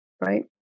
right